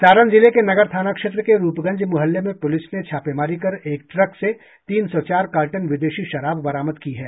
सारण जिले के नगर थाना क्षेत्र के रूपगंज मुहल्ले में पुलिस ने छापेमारी कर एक ट्रक से तीन सौ चार कार्टन विदेशी शराब बरामद की है